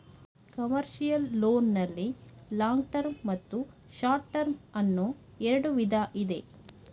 commercial loan ನಲ್ಲಿ long term ಮತ್ತು short term ಅನ್ನೋ ಎರಡು ವಿಧ ಇದೆ